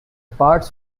parts